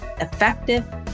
effective